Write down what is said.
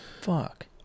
fuck